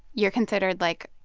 you're considered, like,